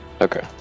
Okay